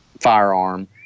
firearm